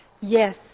Yes